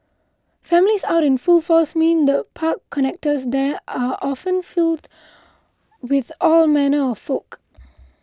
families out in full force mean the park connectors there are often filled with all manner of folk